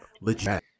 legit